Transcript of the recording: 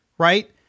Right